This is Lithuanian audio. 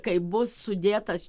kai bus sudėtas